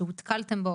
שהותקלתם בו,